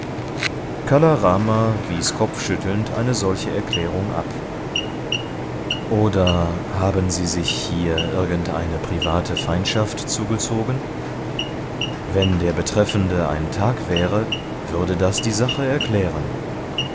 kala rama wies kopfschüttelnd eine solche erklärung ab oder haben sie sich hier irgendeine private feindschaft zugezogen wenn der betreffende ein thag wäre würde das die sache erklären